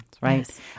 right